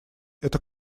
это